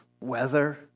weather